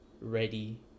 ready